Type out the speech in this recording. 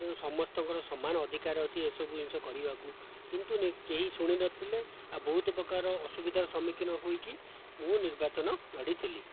ତେଣୁ ସମସ୍ତଙ୍କର ସମାନ ଅଧିକାର ଅଛି ଏସବୁ ଜିନିଷ କରିବାକୁ କିନ୍ତୁ କେହି ଶୁଣିନଥିଲେ ଆଉ ବହୁତ ପ୍ରକାର ଅସୁବିଧାର ସମ୍ମୁଖୀନ ହୋଇକି ମୁଁ ନିର୍ବାଚନ ଲଢ଼ିଥିଲି